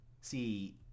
See